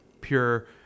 pure